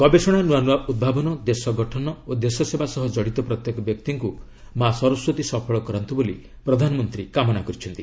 ଗବେଷଣା ନୂଆ ନୂଆ ଉଦ୍ଭାବନ ଦେଶ ଗଠନ ଓ ଦେଶସେବା ସହ ଜଡ଼ିତ ପ୍ରତ୍ୟେକ ବ୍ୟକ୍ତିଙ୍କୁ ମା' ସରସ୍ୱତୀ ସଫଳ କରାନ୍ତୁ ବୋଲି ପ୍ରଧାନମନ୍ତ୍ରୀ କାମନା କରିଛନ୍ତି